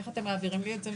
איך אתם מעבירים לי את זה?